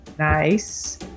Nice